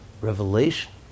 revelation